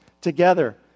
together